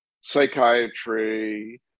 psychiatry